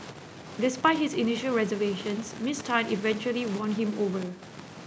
despite his initial reservations Miss Tan eventually won him over